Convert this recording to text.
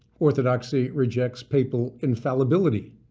orthodoxy rejects papal infallibility.